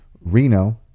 Reno